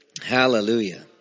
Hallelujah